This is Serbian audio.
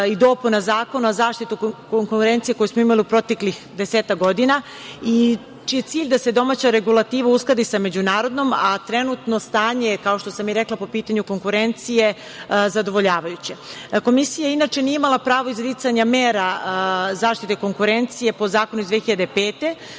i dopuna Zakona o zaštiti konkurencije koje smo imali u proteklih desetak godina, čiji je cilj da se domaća regulativa uskladi sa međunarodnom, a trenutno stanje, kao što sam i rekla, po pitanju konkurencije je zadovoljavajuće. Komisija, inače, nije imala pravo izricanja mera zaštite konkurencije po zakonu iz 2005.